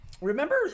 Remember